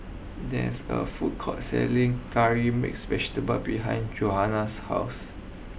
there is a food court selling Curry Mixed Vegetable behind Johannah's house